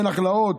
בנחלאות,